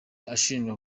ashinjwa